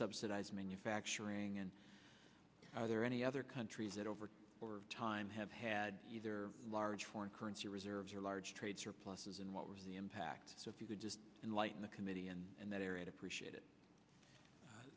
subsidize manufacturing and are there any other countries that over or time have had either large foreign currency reserves or large trade surpluses and what was the impact so if you could just in light in the committee and in that area appreciate it